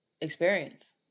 experience